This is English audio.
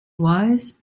wise